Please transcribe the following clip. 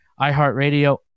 iHeartRadio